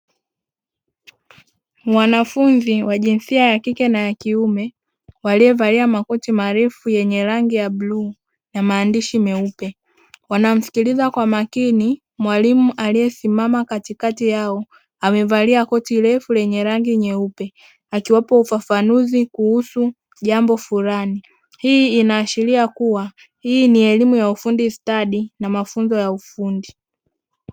Wanafunzi wa jinsia ya kike na ya kiume waliovalia makoti marefu yenye rangi ya bluu na maandishi meupe. Wanamsikiliza kwa makini mwalimu aliyesimama katikati yao amevalia koti refu lenye rangi nyeupe, akiwapa ufafanuzi kuhusu jambo fulani. Hii inaashiria kuwa hii ni elimu ya ufundi stadi na mafunzo ya ufundi.